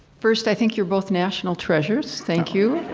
first, i think you're both national treasures. thank you.